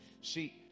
See